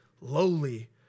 lowly